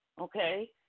okay